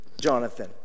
jonathan